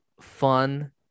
fun